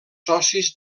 socis